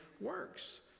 works